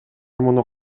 муну